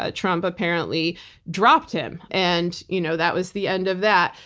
ah trump apparently dropped him. and you know that was the end of that.